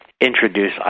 introduce